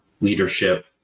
leadership